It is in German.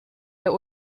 der